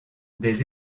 des